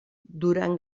durant